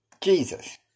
Jesus